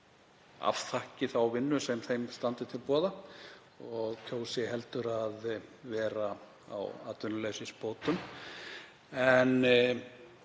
afþakki þá vinnu sem þeim standi til boða og kjósi heldur að vera á atvinnuleysisbótum. En